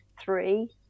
three